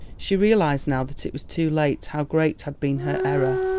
she realised now that it was too late how great had been her error.